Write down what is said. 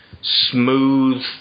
smooth